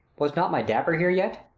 was not my dapper here yet?